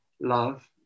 love